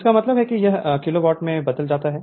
इसका मतलब है कि यह किलोवाट में बदल जाता है